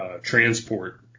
transport